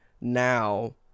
now